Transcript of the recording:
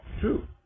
True